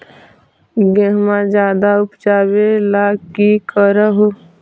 गेहुमा ज्यादा उपजाबे ला की कर हो?